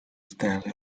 stanley